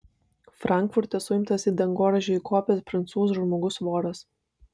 frankfurte suimtas į dangoraižį įkopęs prancūzų žmogus voras